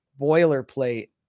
boilerplate